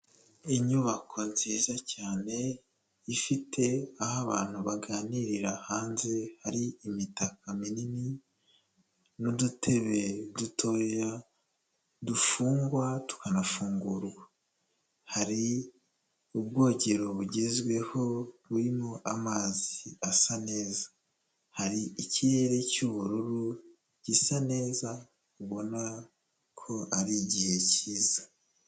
Inyubako nziza cyane, ifite aho abantu baganirira hanze hari imitaka minini n'udutebe dutoya dufungwa tukanafungurwa. Hari ubwogero bugezweho burimo amazi asa neza. Hari ikirere cy'ubururu gisa neza, ubona ko ari igihe cyiza.